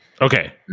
Okay